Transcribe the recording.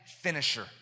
finisher